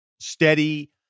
Steady